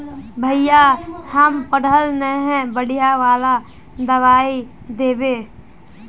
भैया हम पढ़ल न है बढ़िया वाला दबाइ देबे?